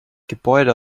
gebäude